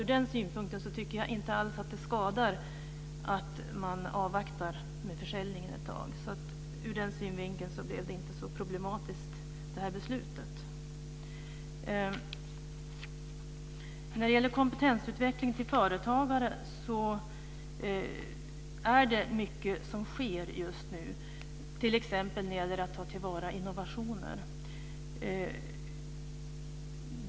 Ur den synpunkten tycker jag inte alls att det skadar att man avvaktar med försäljningen ett tag. Ur den synvinkeln blev inte det här beslutet så problematiskt. När det gäller kompetensutveckling av företagare är det mycket som sker just nu, t.ex. när det gäller att ta till vara innovationer.